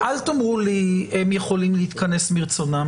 אל תאמרו לי שהם יכולים להתכנס מרצונם.